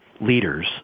leaders